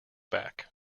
back